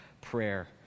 prayer